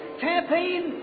campaign